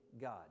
God